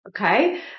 Okay